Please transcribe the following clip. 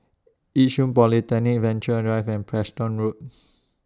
Yishun Polyclinic Venture Drive and Preston Road